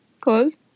Close